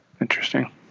interesting